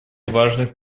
важных